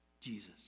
Jesus